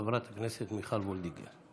חברת הכנסת מיכל וולדיגר.